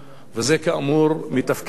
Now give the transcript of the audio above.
וזה כאמור מתפקידנו,